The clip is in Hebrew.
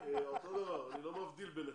אני לא מבדיל ביניכם.